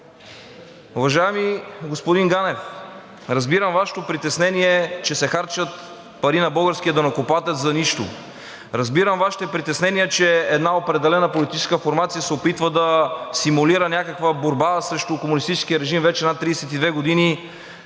Уважаеми господин Ганев, разбирам Вашето притеснение, че се харчат пари на българския данъкоплатец за нищо. Разбирам Вашите притеснения, че една определена политическа формация се опитва да симулира някаква борба срещу комунистическия режим вече над 32 години.